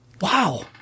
Wow